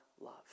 love